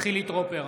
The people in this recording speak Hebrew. חילי טרופר,